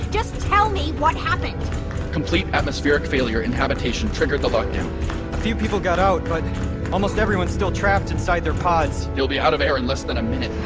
just tell me what happened complete atmospheric failure in habitation triggered the lock-down a few people got out, but almost everyone is still trapped inside their pods they'll be out of air in less than a minute